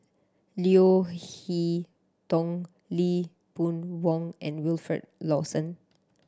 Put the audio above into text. Leo Hee Tong Lee Boon Wang and Wilfed Lawson